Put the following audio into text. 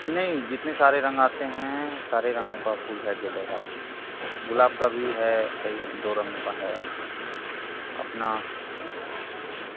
नहीं जितने सारे रंग आते हैं सारे रंगों का फूल है गेंदे का गुलाब का भी है कई दो रंगों का है अपना हाँ